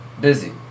busy